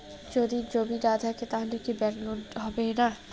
যদি জমি না থাকে তাহলে কি ব্যাংক লোন হবে না?